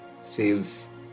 sales